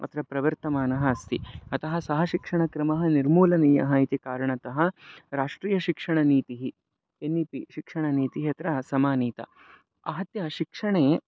अत्र प्रवर्तमाना अस्ति अतः सः शिक्षणक्रमः निर्मूलनीयः इति कारणतः राष्ट्रीयः शिक्षणनीतिः एन् इ पि शिक्षणनीतिः अत्र समानीता आहत्य शिक्षणे